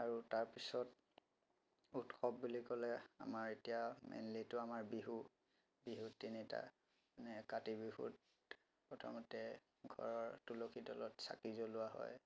আৰু তাৰ পিছত উৎসৱ বুলি ক'লে আমাৰ এতিয়া মেইনলিতো আমাৰ বিহু বিহু তিনিটা কাতি বিহুত প্ৰথমতে ঘৰৰ তুলসী তলত চাকি জ্বলোৱা হয়